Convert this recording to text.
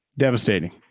devastating